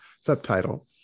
subtitle